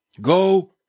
Go